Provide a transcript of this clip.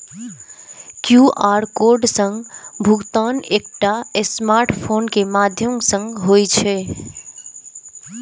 QR code सं भुगतान एकटा स्मार्टफोन के माध्यम सं होइ छै